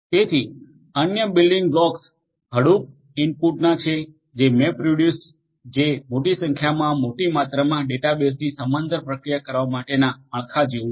તેથી અન્ય building blocks Hadoop ઇનપુટના છે મેપરિડયુસ જે મોટી સંખ્યામાં મોટી માત્રામા ડેટાબેઝની સમાંતર પ્રક્રિયા કરવા માટેના માળખા જેવું છે